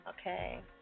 okay